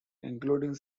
including